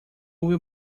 will